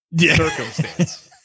circumstance